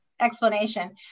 explanation